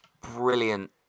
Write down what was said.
brilliant